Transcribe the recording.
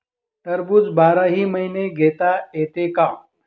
टरबूज बाराही महिने घेता येते का?